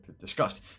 discussed